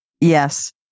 Yes